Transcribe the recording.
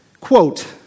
Quote